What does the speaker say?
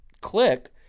click